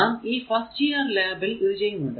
നാം ഈ first year ലാബിൽ ഇതിന്റെ ചെയ്യുന്നുണ്ട്